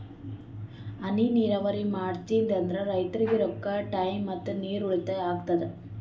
ಹನಿ ನೀರಾವರಿ ಮಾಡಾದ್ರಿಂದ್ ರೈತರಿಗ್ ರೊಕ್ಕಾ ಟೈಮ್ ಮತ್ತ ನೀರ್ ಉಳ್ತಾಯಾ ಆಗ್ತದಾ